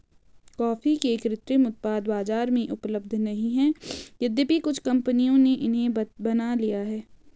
coffee के कृत्रिम उत्पाद बाजार में उपलब्ध नहीं है यद्यपि कुछ कंपनियों ने इन्हें बना लिया है